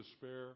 despair